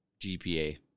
GPA